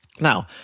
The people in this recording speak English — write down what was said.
Now